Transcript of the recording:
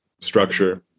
structure